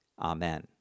Amen